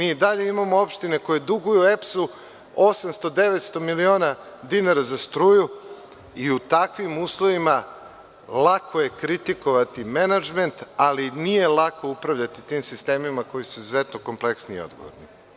I dalje imamo opštine koje duguju EPS-u 800, 900 miliona dinara za struju i u takvim uslovima lako je kritikovati menadžment, ali nije lako upravljati tim sistemima koji su izuzetno kompleksni i odgovorni.